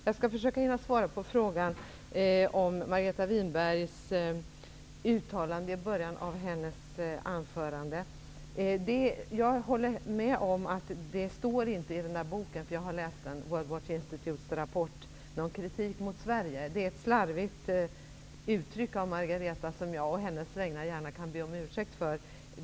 Jag skall försöka hinna med att svara på frågan om Margareta Winbergs uttalande i början av hennes anförande. Det riktas inte någon kritik mot Sverige i World Watch Institutes rapport. Det var ett slarvigt uttryck av Margareta Winberg, som jag å hennes vägnar gärna kan be om ursäkt för.